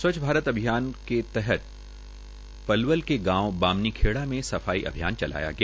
स्वच्छ भारत मिशन के तहत पलवल के गांव बामनीखेड़ा में सफाई अभियान चलाया गया